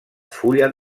fulla